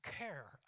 care